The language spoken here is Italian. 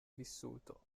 vissuto